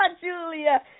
Julia